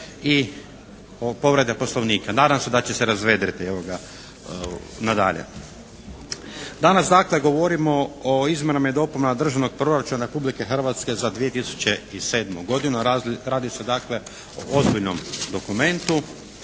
i povrede poslovnika. Nadam se da će se razvedriti nadalje. Danas dakle govorimo o izmjenama i dopunama Državnog proračuna Republike Hrvatske za 2007. godinu. Radi se dakle o ozbiljnom dokumentu,